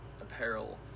apparel